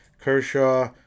Kershaw